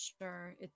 sure